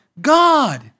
God